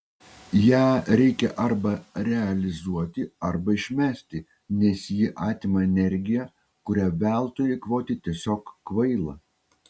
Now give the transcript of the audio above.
ją reikia arba realizuoti arba išmesti nes ji atima energiją kurią veltui eikvoti tiesiog kvaila